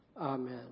Amen